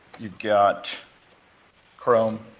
you've got chrome,